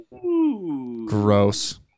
Gross